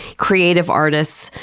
creative artists.